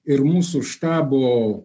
ir mūsų štabo